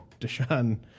Deshaun